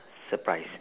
surprise